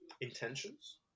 intentions